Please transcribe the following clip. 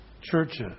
churches